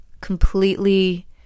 completely